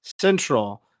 central